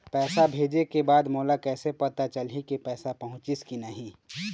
पैसा भेजे के बाद मोला कैसे पता चलही की पैसा पहुंचिस कि नहीं?